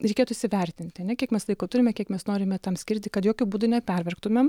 reikėtų įsivertinti ane kiek mes laiko turime kiek mes norime tam skirti kad jokiu būdu nepervargtumėm